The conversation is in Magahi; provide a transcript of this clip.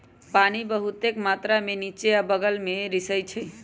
पानी बहुतेक मात्रा में निच्चे आ बगल में रिसअई छई